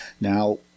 Now